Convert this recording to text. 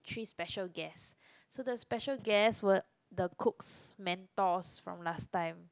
three special guest so the special guest were the cook's mentors from last time